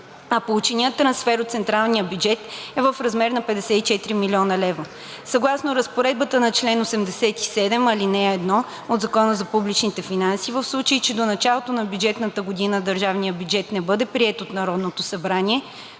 а полученият трансфер от централния бюджет е в размер на 54 млн. лв. Съгласно разпоредбата на чл. 87, ал. 1 от Закона за публичните финанси, в случай че до началото на бюджетната година държавният бюджет не бъде приет от Народното събрание,